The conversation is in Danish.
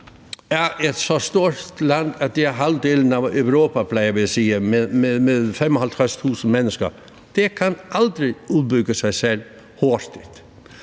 er så stort et land, at det er halvdelen af Europa, plejer vi at sige, med 55.000 mennesker. Det kan aldrig udbygge sig selv hurtigt.